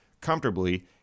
comfortably